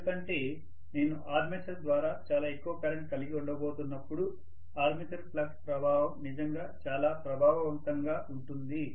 ఎందుకంటే నేను ఆర్మేచర్ ద్వారా చాలా ఎక్కువ కరెంట్ కలిగి ఉండబోతున్నప్పుడు ఆర్మేచర్ ఫ్లక్స్ ప్రభావం నిజంగా చాలా ప్రభావవంతంగా ఉంటుంది